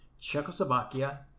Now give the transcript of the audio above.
Czechoslovakia